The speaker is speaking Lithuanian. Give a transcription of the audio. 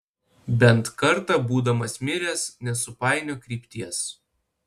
bent kartą būdamas miręs nesupainiok krypties